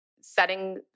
setting